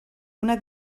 una